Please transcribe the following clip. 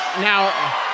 Now